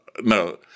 no